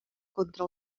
contra